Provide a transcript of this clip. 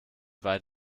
weit